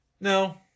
No